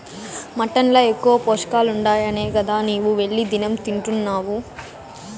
mutton ల ఎక్కువ పోషకాలుండాయనే గదా నీవు వెళ్లి దినం తింటున్డావు